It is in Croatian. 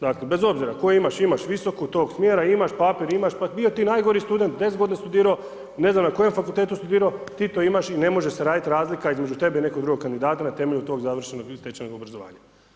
Dakle, bez obzira koje imaš, imaš visoku tog smjera, imaš papir, bio ti najgori student, 10 g. studirao, ne znam na kojem fakultetu studirao, ti to imaš i ne može se raditi razlika između tebe i nekog drugog kandidata na temelju tvog završenog stečenog obrazovanja.